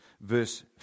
verse